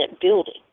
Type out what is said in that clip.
building